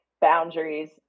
boundaries